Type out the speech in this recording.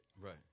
Right